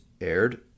aired